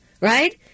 right